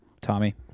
Tommy